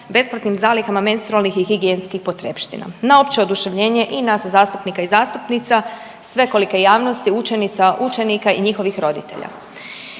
besplatnim zalihama menstrualnih i higijenskih potrepština na opće oduševljenje i nas zastupnika i zastupnica, svekolike javnosti, učenica, učenika i njihovih roditelja.